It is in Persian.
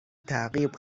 تعقیب